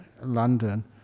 London